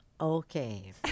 Okay